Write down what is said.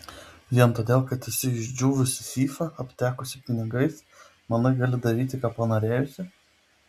vien todėl kad esi išdžiūvusi fyfa aptekusi pinigais manai gali daryti ką panorėjusi